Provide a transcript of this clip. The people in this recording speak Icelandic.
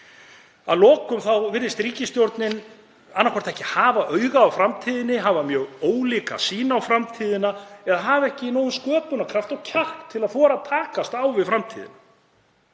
Að lokum virðist ríkisstjórnin annaðhvort ekki hafa auga á framtíðinni, hafa mjög ólíka sýn á framtíðina eða ekki hafa nægan sköpunarkraft og kjark til að þora að takast á við framtíðina.